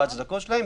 בהצדקות שלהן,